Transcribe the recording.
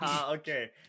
okay